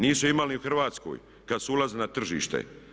Nisu imali ni u Hrvatskoj kad su ulazili na tržište.